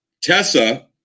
Tessa